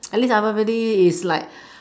at least everybody is like